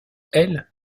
elle